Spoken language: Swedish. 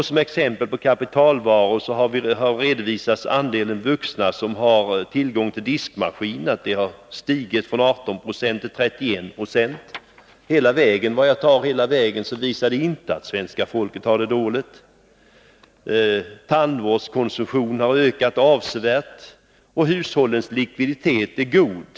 Som exempel på att möjligheterna att skaffa kapitalvaror ökat, redovisas andelen vuxna som har tillgång till diskmaskin. Den har stigit från 18 96 till 31 96. Det visar sig alltså hela vägen att det svenska folket inte har det så dåligt. Tandvårdskonsumtionen har ökat avsevärt, och hushållens likviditet är god.